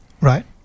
right